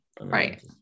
Right